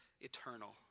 eternal